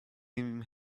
him